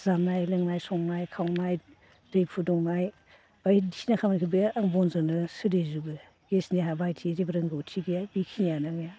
जानाय लोंनाय संनाय खावनाय दै फुदुंनाय बायदिसिना खामानिखौ बे आं बनजोंनो सोलिजोबो गेसनि आहा बाहायथि जेबो रोंगौथि गैया बेखिनियानो आंनिया